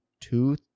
two